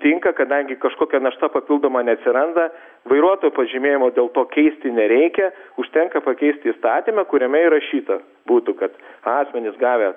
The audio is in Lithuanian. tinka kadangi kažkokia našta papildoma neatsiranda vairuotojo pažymėjimo dėl to keisti nereikia užtenka pakeisti įstatyme kuriame įrašyta būtų kad asmenys gavę